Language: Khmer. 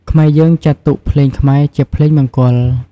ខ្មែរយើងចាត់ទុកភ្លេងខ្មែរជាភ្លេងមង្គល។